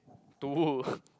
to who